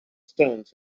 stones